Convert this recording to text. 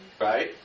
Right